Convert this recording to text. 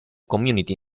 community